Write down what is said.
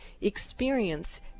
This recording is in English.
experience